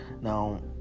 now